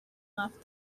left